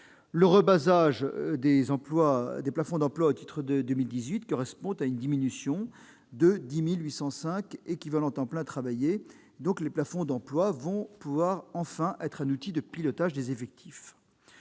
Le rebasage des plafonds d'emploi au titre de l'année 2018 correspond ainsi à une diminution de 10 805 équivalents temps plein travaillé. Les plafonds d'emplois vont enfin pouvoir être un outil de pilotage des effectifs.